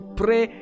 pray